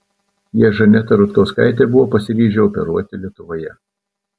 jie žanetą rutkauskaitę buvo pasiryžę operuoti lietuvoje